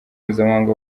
mpuzamahanga